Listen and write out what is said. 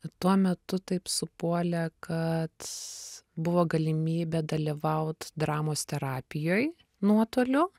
tuo metu taip supuolė kad buvo galimybė dalyvaut dramos terapijoj nuotoliu